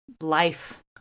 life